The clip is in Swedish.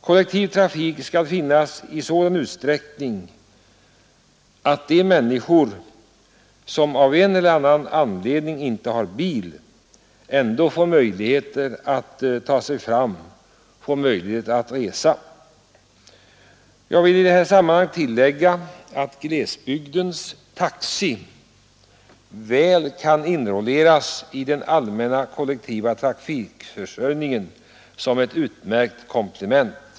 Kollektiv trafik skall finnas i sådan utsträckning att de människor som av en eller annan anledning inte har bil ändå får möjligheter att ta sig fram och att resa. Jag vill i det här sammanhanget tillägga att glesbygdens taxi väl kan inrangeras i den allmänna trafikförsörjningen, som ett utmärkt komplement.